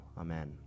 Amen